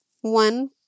one